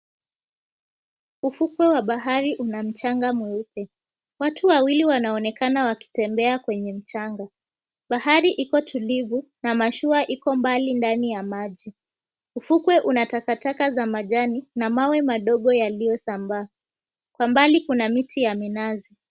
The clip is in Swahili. Ufukwe wa bahari una mchanga mweupe. Watu wawili wanaonekana wakitembea kwenye mchanga. Bahari iko tulivu na mashua iko mbali ndani ya maji. Ufukwe una takataka za majani na mawe madogo yaliyosambaa. Kwa mbali kuna miti ya minazi.